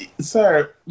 Sir